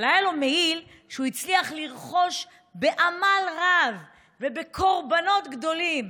אבל היה לו מעיל שהוא הצליח לרכוש בעמל רב ובקורבנות גדולים.